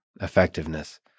effectiveness